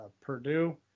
Purdue